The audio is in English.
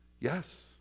Yes